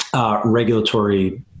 regulatory